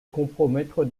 compromettre